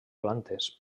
plantes